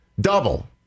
double